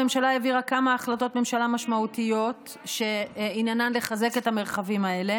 הממשלה העבירה כמה החלטות ממשלה משמעותיות שעניינן לחזק את המרחבים האלה